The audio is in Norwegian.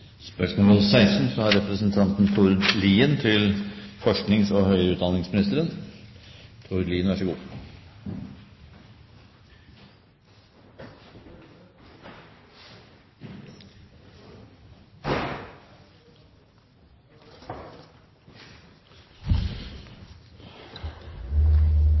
spørsmål til forsknings- og høyere utdanningsministeren: